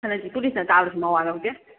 ꯍꯟꯗꯛꯇꯤ ꯄꯣꯂꯤꯁꯅ ꯇꯥꯜꯂꯥꯁꯨ ꯃꯋꯥ ꯂꯧꯗꯦ